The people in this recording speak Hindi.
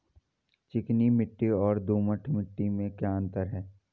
चिकनी मिट्टी और दोमट मिट्टी में क्या अंतर है?